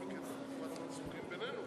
היושב-ראש,